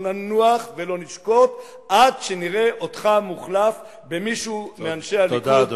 לא ננוח ולא נשקוט עד שנראה אותך מוחלף במישהו מאנשי הליכוד,